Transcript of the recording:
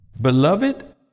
Beloved